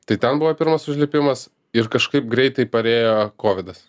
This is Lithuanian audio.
tai ten buvo pirmas užlipimas ir kažkaip greitai parėjo kovidas